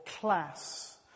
class